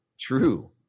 True